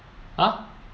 ha